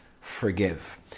forgive